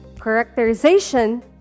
characterization